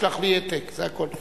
תשלח לי העתק, זה הכול.